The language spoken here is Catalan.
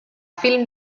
film